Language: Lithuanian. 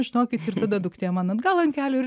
žinokit ir tada duktė man atgal ant kelių ir